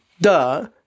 duh